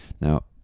Now